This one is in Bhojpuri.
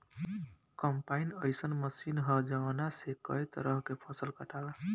कम्पाईन अइसन मशीन ह जवना से कए तरह के फसल कटाला